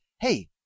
hey